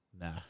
Nah